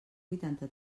vuitanta